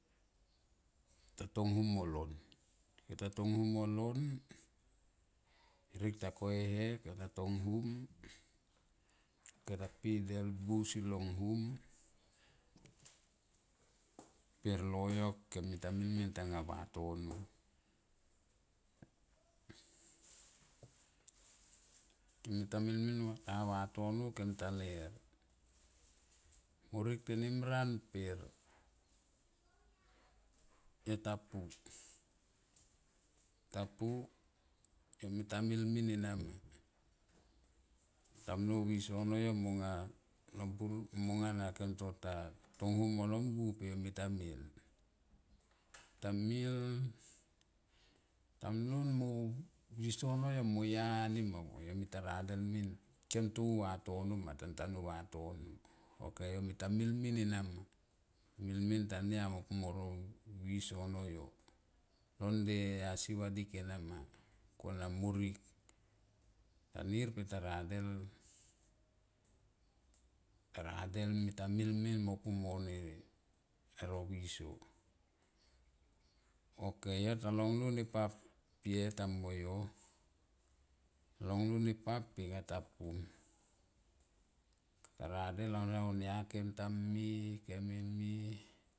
Kem ta tonghum molon, kem ta tonghum molon herek ta koi e he kem ta to nghum kem ta pi delbuo ausi long hum pe loyok kem mita mimil tanga vatono, kemita mimil tania vatono kem ta ler morik tenimran per kem tapu, tapu kem mita milmin enama tamlo viso noyo monga lo bur, monga na kem to ta tonghum molombuo pe yo mita mil, mita mil tamlon viso no yo mo ya nima mo kem to un vatono ma ok yo mita milmin enama, milmin tania mo pu moro viso no yo lo nde asi vadik ena ma kona morik ta nir pe ta radel, ta radel mita milmin mo pu moro viso ok yo ta long lo nepap pe yo ta mung kone ta radel aunga onia kem tame kem eme.